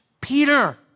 Peter